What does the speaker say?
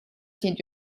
sind